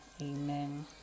amen